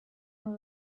were